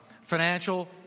financial